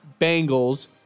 Bengals